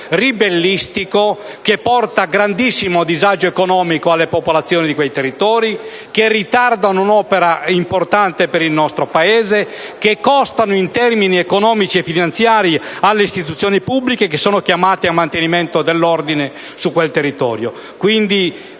ribellistico, che comporta un grandissimo disagio economico per le popolazioni di quei territori, che ritarda la realizzazione di un'opera importante per il nostro Paese, che costa in termini economici e finanziari alle istituzioni pubbliche che sono chiamate al mantenimento dell'ordine su quel territorio.